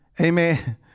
Amen